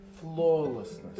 Flawlessness